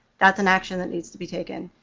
that's an action that needs to be taken.